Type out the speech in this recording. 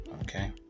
Okay